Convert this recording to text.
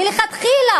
מלכתחילה